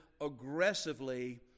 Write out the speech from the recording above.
aggressively